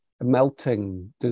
melting